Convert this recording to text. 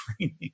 training